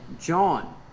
John